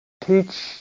teach